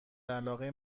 علاقه